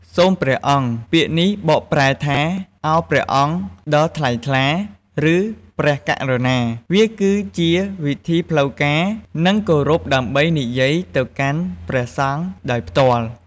សូមព្រះអង្គ ពាក្យនេះបកប្រែថា "ឱព្រះអង្គដ៏ថ្លៃថ្លា" ឬ "ព្រះករុណា" វាគឺជាវិធីផ្លូវការ និងគោរពដើម្បីនិយាយទៅកាន់ព្រះសង្ឃដោយផ្ទាល់។